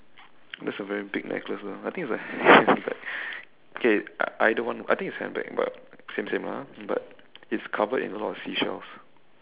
that's a very big necklace lah I think it's a handbag okay either one I think it's handbag but same same lah ah but it's covered in a lot of seashells